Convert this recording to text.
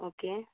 okay